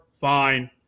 fine